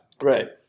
Right